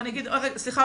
וסליחה,